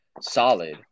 Solid